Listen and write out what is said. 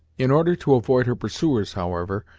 in order to avoid her pursuers, however,